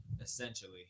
Essentially